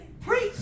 preach